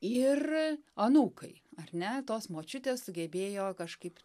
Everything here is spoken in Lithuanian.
ir anūkai ar ne tos močiutės sugebėjo kažkaip